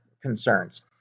concerns